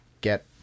get